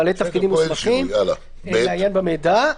בעלי תפקידים מוסמכים) לעיין במידע".